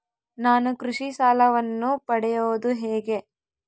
ನಾನು ಕೃಷಿ ಸಾಲವನ್ನು ಪಡೆಯೋದು ಹೇಗೆ?